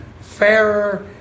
fairer